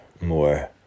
more